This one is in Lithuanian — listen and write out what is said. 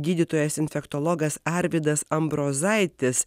gydytojas infektologas arvydas ambrozaitis